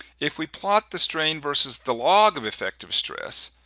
if we plot the strain versus the log of effective stress,